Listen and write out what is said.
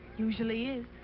usually is.